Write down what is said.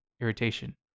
irritation